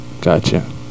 Gotcha